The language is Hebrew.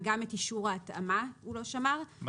וגם את אישור ההתאמה הוא לא שמר "בניגוד